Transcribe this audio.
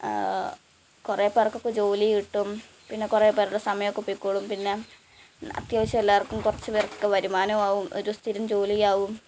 കുറേ പേര്ക്ക് ഇപ്പം ജോലി കിട്ടും പിന്നെ കുറേ പേരുടെ സമയമൊക്കെ പോയിക്കോളും പിന്നെ ന അത്യാവശ്യം എല്ലാവര്ക്കും കുറച്ച് പേര്ക്കൊക്കെ വരുമാനവും ആവും ഒരു സ്ഥിരം ജോലിയാവും